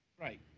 Right